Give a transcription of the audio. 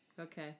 Okay